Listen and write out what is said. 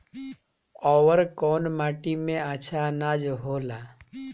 अवर कौन माटी मे अच्छा आनाज होला?